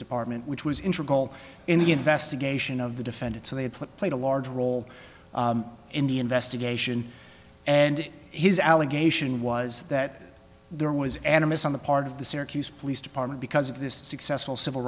department which was in trouble in the investigation of the defendant so they had played a large role in the investigation and his allegation was that there was an amiss on the part of the syracuse police department because of this successful civil